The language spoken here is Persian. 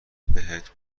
بهت